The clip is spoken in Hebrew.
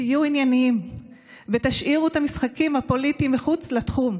תהיו ענייניים ותשאירו את המשחקים הפוליטיים מחוץ לתחום.